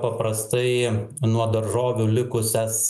paprastai nuo daržovių likusias